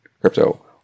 crypto